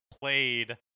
played